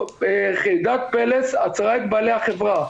יחידת פלס עצרה את בעלי החברה,